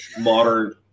modern